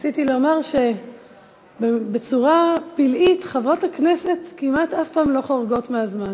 רציתי לומר שבצורה פלאית חברות הכנסת כמעט אף פעם לא חורגות מהזמן.